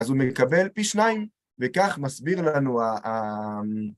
אז הוא מקבל פי שניים, וכך מסביר לנו ה...